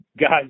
guys